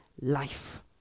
life